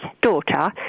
daughter